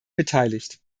beteiligt